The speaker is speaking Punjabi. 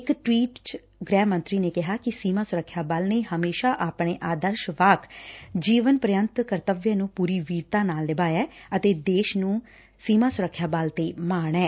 ਇਕ ਟਵੀਟ ਚ ਗੁਹਿ ਮੰਤਰੀ ਨੇ ਕਿਹਾ ਕਿ ਸੀਮਾ ਸੁਰੱਖਿਆ ਬਲ ਨੇ ਹਮੇਸ਼ਾ ਆਪਣੇ ਆਦਰਸ਼ ਵਾਕ ਜੀਵਨ ਪ੍ਰਯੰਤ ਕਰਤੱਵਯ ਨੂੰ ਪੁਰੀ ਵੀਰਤਾ ਨਾਲ ਨਿਭਾਇਐ ਉਨਾਂ ਕਿਹਾ ਕਿ ਭਾਰਤ ਨੂੰ ਸੀਮਾ ਸੁਰੱਖਿਆ ਬਲ ਤੇ ਮਾਣ ਐ